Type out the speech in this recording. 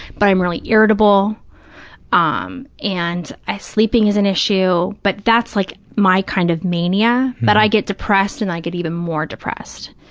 but i'm really irritable um and sleeping is an issue, but that's like my kind of mania, but i get depressed and i get even more depressed.